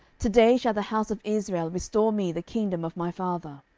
to day shall the house of israel restore me the kingdom of my father.